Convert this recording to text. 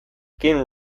kim